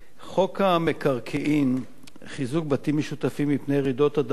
חוק המקרקעין (חיזוק בתים משותפים מפני רעידות אדמה),